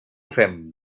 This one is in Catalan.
fem